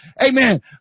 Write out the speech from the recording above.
Amen